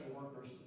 workers